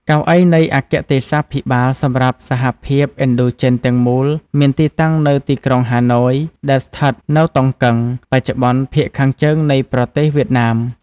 កៅអីនៃអគ្គទេសាភិបាលសម្រាប់សហភាពឥណ្ឌូចិនទាំងមូលមានទីតាំងនៅទីក្រុងហាណូយ ដែលស្ថិតនៅតុងកឹង បច្ចុប្បន្នភាគខាងជើងនៃប្រទេសវៀតណាម។